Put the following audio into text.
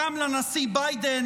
גם לנשיא ביידן,